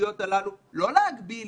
לפעילויות הללו, לא להגביל